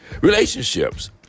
Relationships